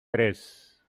tres